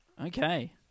Okay